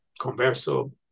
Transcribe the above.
converso